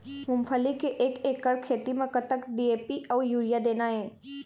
मूंगफली के एक एकड़ खेती म कतक डी.ए.पी अउ यूरिया देना ये?